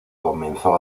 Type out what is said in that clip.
comenzó